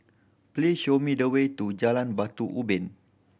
please show me the way to Jalan Batu Ubin